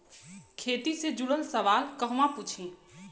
खेती से जुड़ल सवाल कहवा पूछी?